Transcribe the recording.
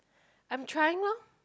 I'm trying lor